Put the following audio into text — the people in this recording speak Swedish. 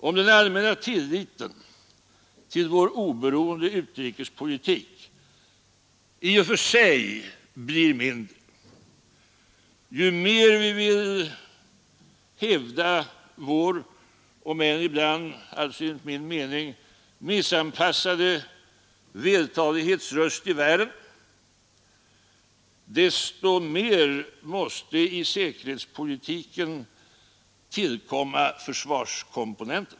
Om den allmänna tilliten till vår oberoende utrikespolitik i och för sig blir mindre, ju mer vi vill hävda vår — om än ibland enligt min mening missanpassade — vältalighets röst i världen, desto mer måste i säkerhetspolitiken tillkomma försvarskomponenten.